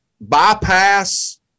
bypass